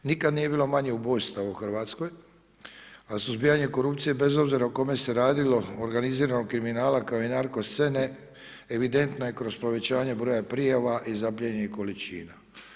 Nikad nije bilo manje ubojstava u Hrvatskoj, a suzbijanje korupcije bez obzira o kome se radilo organiziranog kriminala kao i narko scene, evidentno je kroz povećanje broja prijava i zaplijenjenih količina.